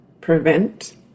prevent